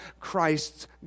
Christ's